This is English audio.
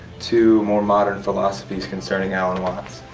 to more modern philosophies concerning alan watts.